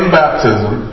baptism